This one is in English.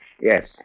Yes